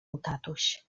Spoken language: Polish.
tatuś